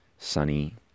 sunny